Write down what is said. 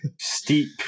steep